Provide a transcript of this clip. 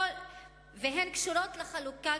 והן קשורות לחלוקה,